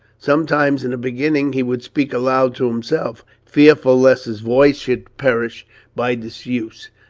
sometimes in the beginning he would speak aloud to himself, fearful lest his voice should perish by disuse.